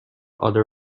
other